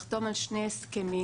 לחתום על שני הסכמים,